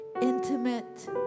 intimate